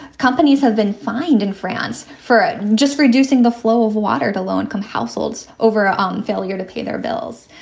companies have been fined in france for just reducing the flow of water to low income households over a um failure to pay their bills.